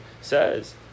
says